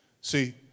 See